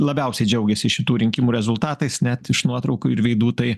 labiausiai džiaugiasi šitų rinkimų rezultatais net iš nuotraukų ir veidų tai